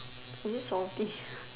is it salty